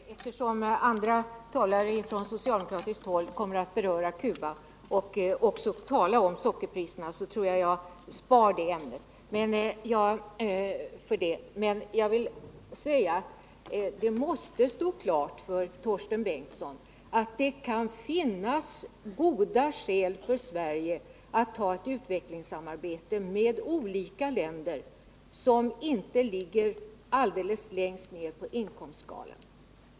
Herr talman! Eftersom andra talare från socialdemokratiskt håll kommer att beröra Cuba och också tala om sockerpriserna, så tror jag att jag spar det ämnet. Men jag vill säga att det måste stå klart för Torsten Bengtson att det kan finnas goda skäl för Sverige att ha ett utvecklingssamarbete med olika länder som inte ligger alldeles längst ner på inkomstskalan.